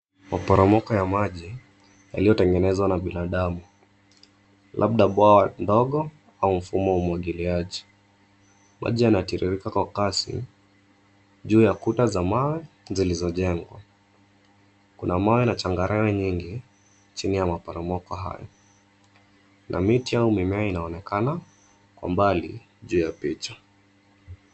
Maporomoko ya maji yaliyotengenezwa na binadamu labda bwawa ndogo au mfumo wa umwagiliaji. Maji yanatiririka kwa kasi juu ya kuta za mawe zilizojengwa. Kuna mawe na changarawe nyingi chini ya maporomoko hayo. Na miti au mimea inaonekana kwa mbali juu ya picha.